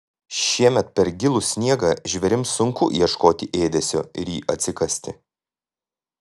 šiemet per gilų sniegą žvėrims sunku ieškoti ėdesio ir jį atsikasti